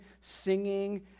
singing